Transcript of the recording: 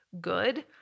good